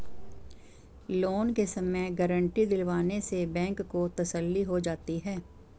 loan के समय guarantee दिलवाने से बैंक को तसल्ली हो जाती है